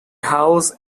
house